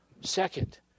Second